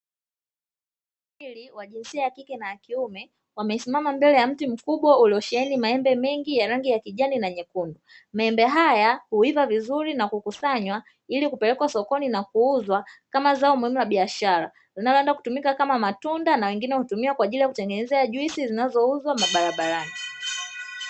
Vijana wawili wa jinsia ya kike na kiume wamesimama mbele ya mti mkubwa uliosheheni maembe mengi ya rangi ya kijani na nyekundu. Maembe haya huiva vizuri na kukusanywa ili kupelekwa sokoni na kuuzwa kama zao la biashara, linaloenda kutumika kama matunda na wengine hutumia kwa ajili ya kutengenezea juisi zinazouzwa mabarabarani.